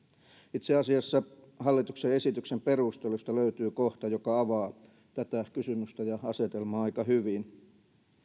itse asiassa hallituksen esityksen perusteluista löytyy kohta joka avaa tätä kysymystä ja asetelmaa aika hyvin